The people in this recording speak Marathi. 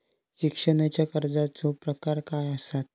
शिक्षणाच्या कर्जाचो प्रकार काय आसत?